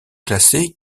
classé